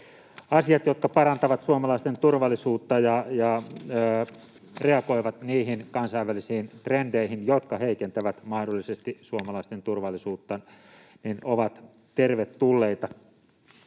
asiat, jotka parantavat suomalaisten turvallisuutta ja reagoivat niihin kansainvälisiin trendeihin, jotka heikentävät mahdollisesti suomalaisten turvallisuutta, ovat tervetulleita.